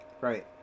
Right